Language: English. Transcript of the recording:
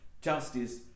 justice